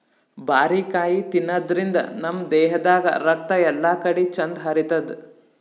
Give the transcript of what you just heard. ಬಾರಿಕಾಯಿ ತಿನಾದ್ರಿನ್ದ ನಮ್ ದೇಹದಾಗ್ ರಕ್ತ ಎಲ್ಲಾಕಡಿ ಚಂದ್ ಹರಿತದ್